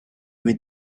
with